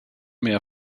meer